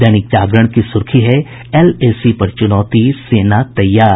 दैनिक जागरण की सुर्खी है एलएसी पर चुनौती सेना तैयार